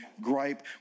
gripe